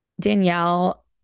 Danielle